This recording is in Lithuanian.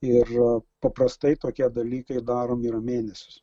ir paprastai tokie dalykai daromi yra mėnesius